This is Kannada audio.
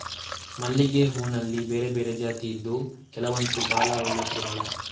ಮಲ್ಲಿಗೆ ಹೂನಲ್ಲಿ ಬೇರೆ ಬೇರೆ ಜಾತಿ ಇದ್ದು ಕೆಲವಂತೂ ಭಾಳ ಒಳ್ಳೆ ಪರಿಮಳ